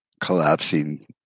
collapsing